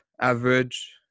average